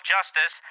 Justice